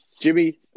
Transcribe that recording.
Jimmy